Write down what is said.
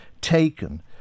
taken